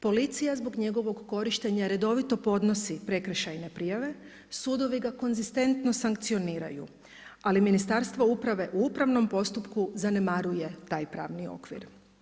Policija zbog njegovog korištenja redovito podnosi prekršajne prijave, sudovi ga konzistentno sankcioniraju, ali Ministarstvo uprave u upravnom postupku zanemaruju taj pravni okvir.